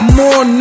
more